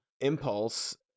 impulse